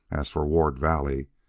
as for ward valley,